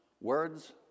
words